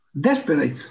desperate